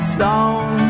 song